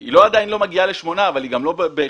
היא עדיין לא מגיעה לשמונה אבל היא גם לא באחד.